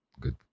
Good